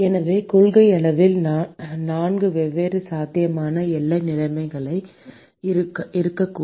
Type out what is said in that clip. எனவே கொள்கையளவில் நான்கு வெவ்வேறு சாத்தியமான எல்லை நிலைமைகள் இருக்கக்கூடும்